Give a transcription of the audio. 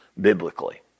biblically